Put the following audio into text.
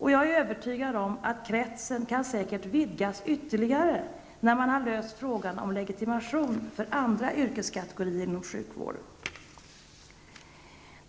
Jag är övertygad om att kretsen säkert kan vidgas ytterligare när man har löst frågan om legitimation för andra yrkeskategorier inom sjukvården.